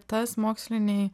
tas mokslinėj